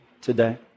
today